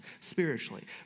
spiritually